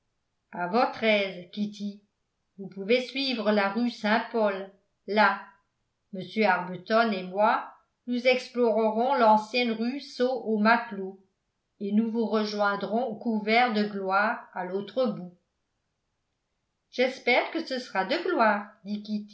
a votre aise kitty vous pouvez suivre la rue saint-paul là m arbuton et moi nous explorerons l'ancienne rue saut au matelot et nous vous rejoindrons couverts de gloire à l'autre bout j'espère que ce sera de gloire